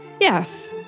Yes